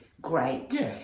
great